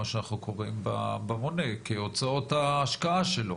מה שאנחנו קוראים במונה כהוצאות ההשקעה שלו.